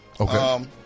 Okay